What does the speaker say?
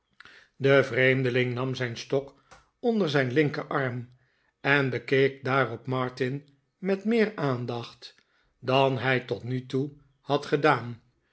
de vreemdeling nam zijn stok onder zijn linkerarm en bekeek daarop martin met meer aandacht dan hij fot nu toe had gedaan